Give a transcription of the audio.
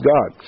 God